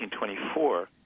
1924